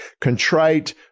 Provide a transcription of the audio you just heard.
Contrite